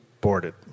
boarded